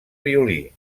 violí